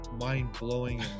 mind-blowing